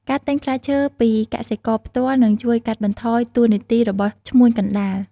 ការទិញផ្លែឈើពីកសិករផ្ទាល់នឹងជួយកាត់បន្ថយតួនាទីរបស់ឈ្មួញកណ្តាល។